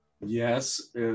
yes